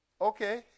okay